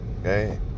Okay